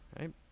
Right